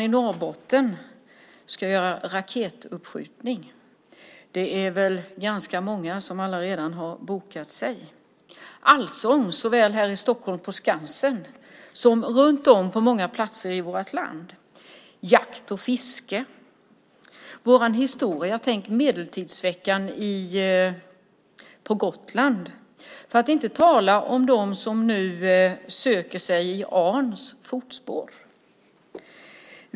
I Norrbotten ska man göra raketuppskjutning, och det är väl ganska många som redan har bokat sig. Vi har allsång, såväl här i Stockholm på Skansen som på många andra platser i vårt land. Vi har jakt och fiske. Vi har vår historia. Tänk på Medeltidsveckan på Gotland, för att inte tala om dem som nu reser i Arns fotspår.